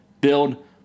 Build